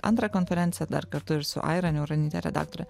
antrą konferenciją dar kartu ir su aira niauronyte redaktore